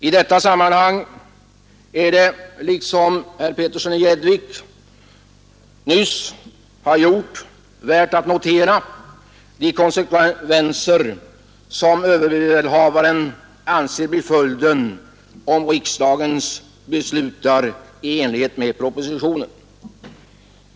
I detta sammanhang är det värt att — som herr Petersson i Gäddvik nu har gjort — notera de konsekvenser som överbefälhavaren anser ofrånkomliga om riksdagen beslutar i enlighet med propositionen.